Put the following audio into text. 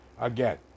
Again